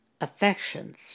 affections